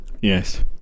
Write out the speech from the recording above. Yes